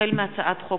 החל בהצעת חוק